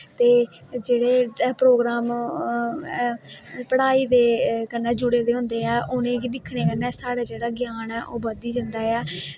ते जेह्ड़े प्रोग्राम पढ़ाई दे कन्नै जुड़े दे होंदे ऐ उनेंगी दिक्खने कन्नै जेह्ड़ा साढ़ा ग्यान ऐ ओह् बधी जंदा ऐ ते